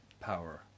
power